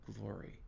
glory